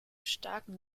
starken